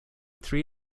three